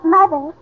Mother